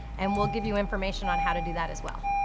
and we'll give you information on how to do that as well.